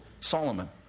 Solomon